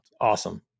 awesome